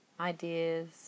ideas